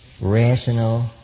rational